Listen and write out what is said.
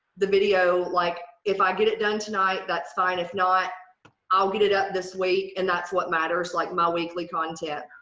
the video like if i get it done tonight that's fine if not i'll get it up this week and that's what matters like my weekly content.